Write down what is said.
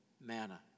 manna